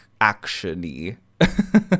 action-y